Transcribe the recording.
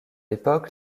époque